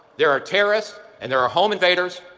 there are terrorists and there are home invaders,